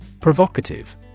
Provocative